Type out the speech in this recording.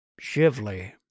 Shively